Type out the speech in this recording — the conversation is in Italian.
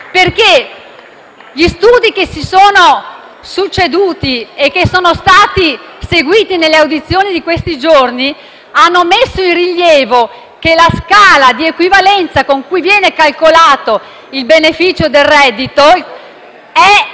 gli studi che si sono succeduti e che sono stati presentati nelle audizioni di questi giorni hanno messo in rilievo che la scala di equivalenza con cui viene calcolato il beneficio del reddito non va bene,